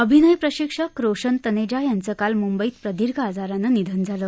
अभिनय प्रशिक्षक रोशन तनेजा यांचं काल मुंबईत प्रदीर्घ आजारानं निधन झालं